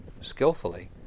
skillfully